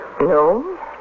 No